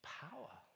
power